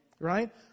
Right